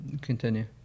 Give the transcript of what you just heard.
Continue